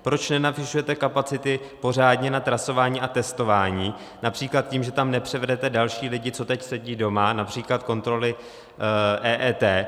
Proč nenavyšujete kapacity pořádně na trasování a testování, například tím, že tam nepřevedete další lidi, co teď sedí doma, například kontroly EET.